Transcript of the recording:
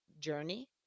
journey